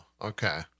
Okay